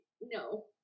No